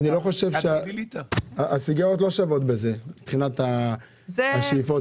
חושב שהסיגריות שוות מבחינת השאיפות.